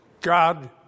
God